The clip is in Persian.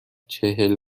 چهل